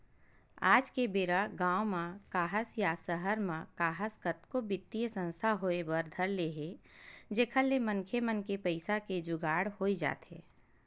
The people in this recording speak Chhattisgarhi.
आज के बेरा गाँव म काहस या सहर म काहस कतको बित्तीय संस्था होय बर धर ले हे जेखर ले मनखे मन के पइसा के जुगाड़ होई जाथे